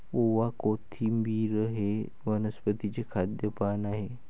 ओवा, कोथिंबिर हे वनस्पतीचे खाद्य पान आहे